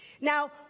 Now